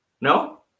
No